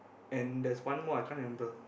and there's one more I can't remember